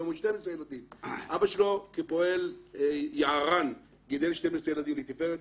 אבא שלו כפועל יערן גידל 12 ילדים לתפארת.